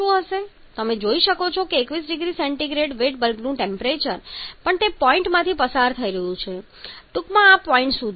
તમે જોઈ શકો છો કે 21 0C વેટ બલ્બનું ટેમ્પરેચર પણ તે પોઇન્ટમાંથી પસાર થઈ રહ્યું છેટૂંકમાં આ પોઇન્ટ સુધી